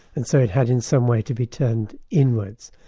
and so it had in some way, to be turned inwards.